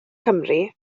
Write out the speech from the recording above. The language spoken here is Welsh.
cymru